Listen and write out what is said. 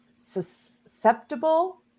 susceptible